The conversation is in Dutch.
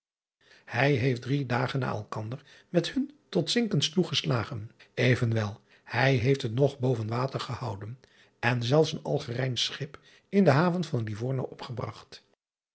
ij heeft drie dagen na elkander met hun tot zinkens toe geslagen venwel hij heeft het nog boven water gehouden en zelfs een lgerijnsch schip in de haven van ivorno opgebragt